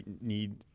need